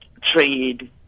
trade